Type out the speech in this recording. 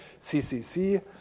CCC